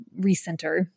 recenter